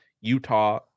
Utah